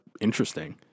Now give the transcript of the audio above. interesting